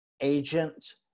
agent